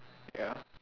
ya